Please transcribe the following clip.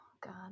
God